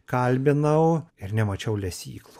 kalbinau ir nemačiau lesyklų